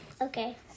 Okay